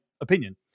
opinion